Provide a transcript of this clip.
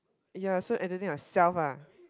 ya so entertain yourself lah